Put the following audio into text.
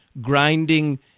grinding